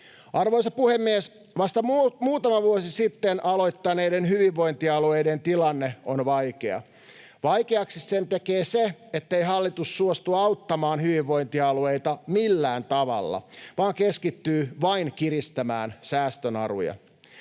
Arvoisa puhemies! Vasta muutama vuosi sitten aloittaneiden hyvinvointialueiden tilanne on vaikea. Vaikeaksi sen tekee se, ettei hallitus suostu auttamaan hyvinvointialueita millään tavalla vaan keskittyy vain kiristämään säästönaruja.